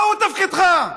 מהו תפקידך?